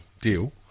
deal